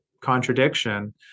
contradiction